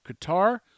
Qatar